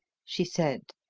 she said,